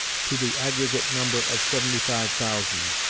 to the aggregate number of seventy-five thousand,